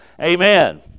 Amen